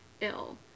ill